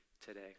today